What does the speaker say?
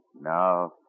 Now